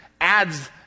adds